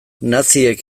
naziek